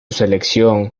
selección